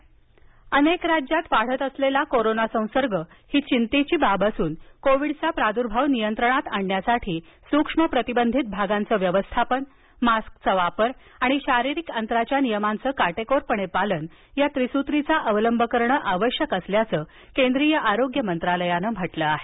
देश कोविड अनेक राज्यात वाढत असलेला कोरोना संसर्ग ही घिंतेची बाब असून कोविडचा प्रादुर्भाव नियंत्रणात आणण्यासाठी सूक्ष्म प्रतिबंधित भागाचं व्यवस्थापन मास्कचा वापर आणि शारीरिक अंतराच्या नियमांपं काटेकोरपणे पालन या त्रिसूतीचा अवलंब करण आवश्यक असल्याचं केंद्रीय आरोग्य मंत्रालयानं म्हटलं आहे